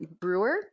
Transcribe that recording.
brewer